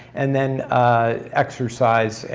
and then exercise.